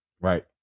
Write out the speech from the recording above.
right